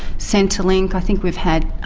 centrelink. i think we've had,